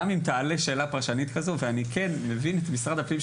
גם אם תעלה שאלה פרשנית כזו ואני כן מבין את משרד הפנים,